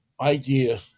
idea